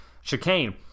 chicane